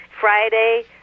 Friday